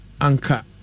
Anka